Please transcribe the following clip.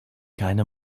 keine